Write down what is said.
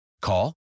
Call